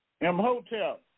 M-Hotel